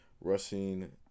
rushing